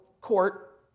court